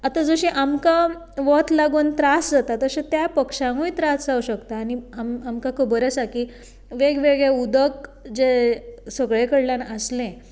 आतां जशें आमकां वत लागून त्रास जाता तशें त्या पक्ष्यांकूय त्रास जावूंक शकता आनी आमकां खबर आसा की वेग वेगळें उदक जें सगळे कडल्यान आसलें